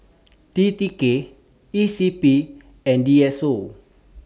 T T K E C P and D S O